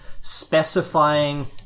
specifying